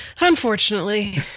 Unfortunately